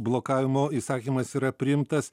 blokavimo įsakymas yra priimtas